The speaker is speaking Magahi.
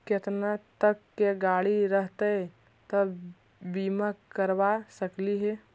केतना तक के गाड़ी रहतै त बिमा करबा सकली हे?